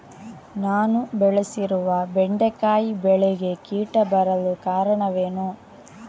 ನಾನು ಬೆಳೆಸಿರುವ ಬೆಂಡೆಕಾಯಿ ಬೆಳೆಗೆ ಕೀಟ ಬರಲು ಕಾರಣವೇನು?